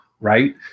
right